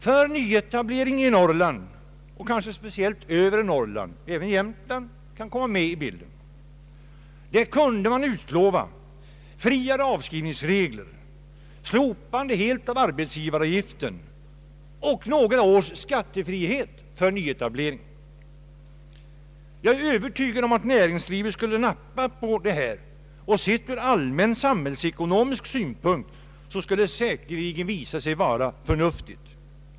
För nyetablering i Norrland det kanske speciellt skall gälla övre Norrland, men även Jämtland kan komma in i bilden — kunde man utlova friare avskrivningsregler, fullständigt slopande av arbetsgivaravgiften och några års skattefrihet för nyetablerade företag. Jag är övertygad om att näringslivet skulle nappa på detta, och sett ur allmän samhällsekonomisk synpunkt skulle det säkerligen visa sig vara förnuftigt.